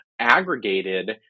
aggregated